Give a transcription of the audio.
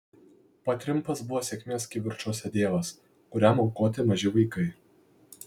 patrimpas buvo sėkmės kivirčuose dievas kuriam aukoti maži vaikai